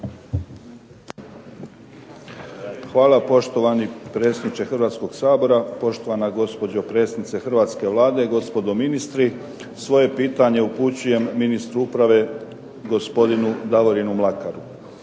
Hvala. Poštovani predsjedniče Hrvatskog sabora, poštovana gospođo predsjednice hrvatske Vlade, gospodo ministri. Svoje pitanje upućujem ministru uprave, gospodinu Davorinu Mlakaru.